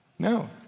No